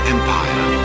Empire